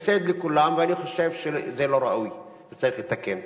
זה הפסד לכולם, ואני חושב שזה לא ראוי וצריך לתקן.